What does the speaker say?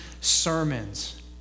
sermons